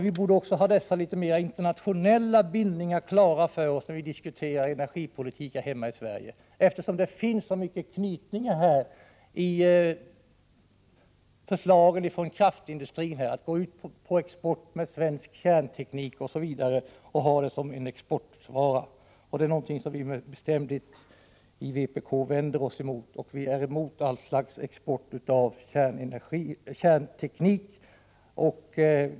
Vi borde också ha dessa litet mera internationella bindningar klara för oss när vi diskuterar energipolitik här hemma i Sverige, eftersom förslagen från kraftindustrin bl.a. innebär att man skulle använda svensk kärnteknik som en exportvara. Det är någonting som vi i vpk bestämt vänder oss emot; vi är emot allt slags export av kärnteknik.